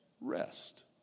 rest